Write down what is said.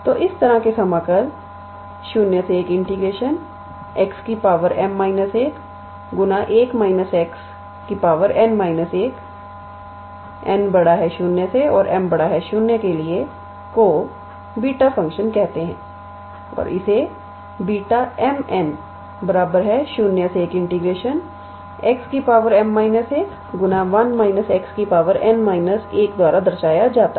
तो इस तरह के समाकल 01 𝑥 𝑚−1 1 − 𝑥 𝑛−1 𝑛 0 और 𝑚 0 के लिए को बीटा फ़ंक्शन कहते है और इसे Β 𝑚 𝑛 01 𝑥 𝑚−1 1 − 𝑥 𝑛−1 द्वारा दर्शाया जाता है